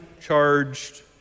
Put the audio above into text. charged